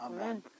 Amen